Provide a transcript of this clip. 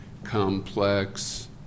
complex